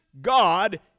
God